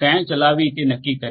ક્યાં ચલાવવી તે નક્કી કરે છે